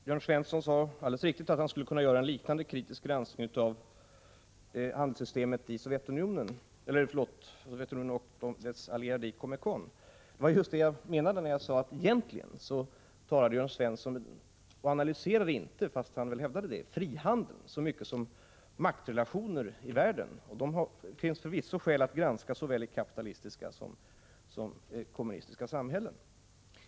Herr talman! Jörn Svensson sade, alldeles riktigt, att han skulle kunna göra en liknande kritisk granskning av systemet i Sovjetunionen och dess allierade i Comecon. Det var just det jag menade när jag sade att Jörn Svensson egentligen inte analyserade — fast han hävdade det — frihandeln så mycket som maktrelationer i världen. Dem finns det förvisso skäl att granska, såväl i kapitalistiska som i kommunistiska samhällen.